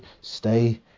Stay